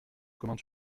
comment